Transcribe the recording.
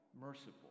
merciful